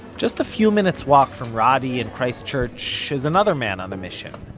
just a few minutes walk from roddie and christ church is another man on a mission.